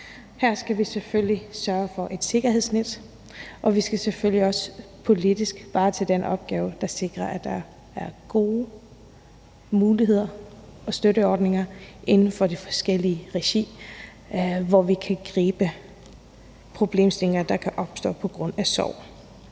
Her skal vi selvfølgelig sørge for et sikkerhedsnet, og vi skal selvfølgelig også politisk varetage den opgave at sikre, at der er gode muligheder og støtteordninger inden for de forskellige regier, hvor vi kan gribe problemstillinger, der kan opstå på grund af sorg.